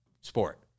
sport